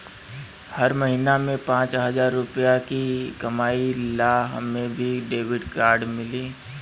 हम महीना में पाँच हजार रुपया ही कमाई ला हमे भी डेबिट कार्ड मिली?